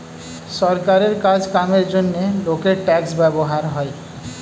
সরকারের কাজ কামের জন্যে লোকের ট্যাক্স ব্যবহার হয়